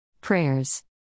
Prayers